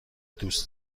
دوست